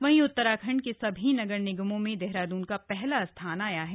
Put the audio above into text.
वहीं उत्तराखंड के सभी नगर निगमों में देहरादून का पहला स्थान आया है